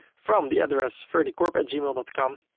from the address ferdykorp gmail but com.